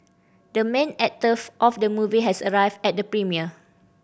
the main actor of the movie has arrived at the premiere